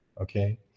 okay